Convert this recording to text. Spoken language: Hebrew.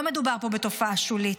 לא מדובר פה בתופעה שולית.